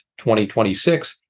2026